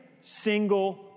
single